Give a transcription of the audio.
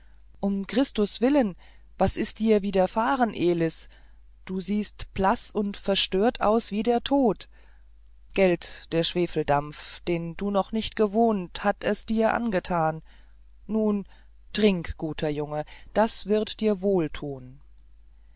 um christus willen was ist dir widerfahren elis du siehst blaß und verstört aus wie der tod gelt der schwefeldampf den du noch nicht gewohnt hat es dir angetan nun trink guter junge das wird dir wohl tun